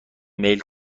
میل